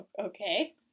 Okay